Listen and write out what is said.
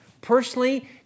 personally